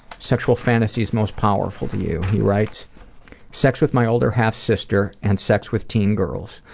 sexual fantasies most powerful to you? he writes sex with my older half-sister and sex with teen girls.